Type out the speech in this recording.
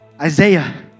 Isaiah